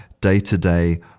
day-to-day